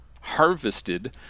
Harvested